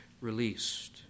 released